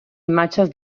imatges